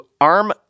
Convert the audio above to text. ARM